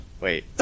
Wait